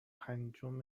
پنجم